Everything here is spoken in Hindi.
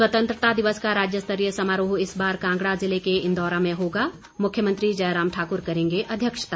स्वतंत्रता दिवस का राज्यस्तरीय समारोह इस बार कांगडा जिले के इंदौरा में होगा मुख्यमंत्री जयराम ठाकुर करेंगे अध्यक्षता